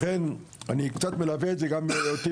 לכן אני קצת מלווה את זה גם מהיותי